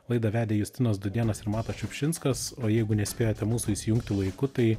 laidą vedė justinas dudėnas ir matas šiupšinskas o jeigu nespėjote mūsų įsijungti laiku tai